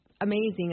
amazing